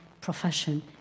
profession